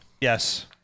Yes